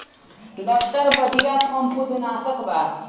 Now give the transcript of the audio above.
Luster बढ़िया फंफूदनाशक बा